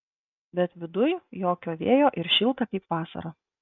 bet viduj jokio vėjo ir šilta kaip vasarą